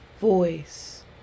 voice